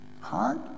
Hard